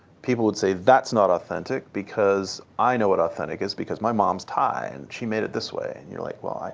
people would say that's not authentic, because i know what authentic is, because my mom's thai and she made it this way. and you like, well,